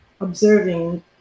observing